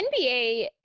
NBA